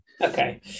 Okay